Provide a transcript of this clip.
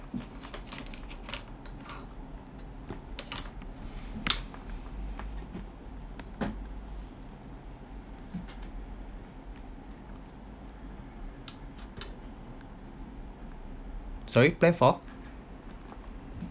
sorry plan for